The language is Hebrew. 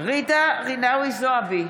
ג'ידא רינאוי זועבי,